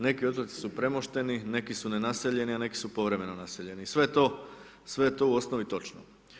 Neki otoci su premošteni, neki su nenaseljeni a neki su povremeno naseljeni sve to, sve to je u osnovi točno.